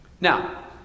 Now